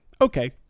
okay